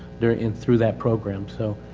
there in, through that program so,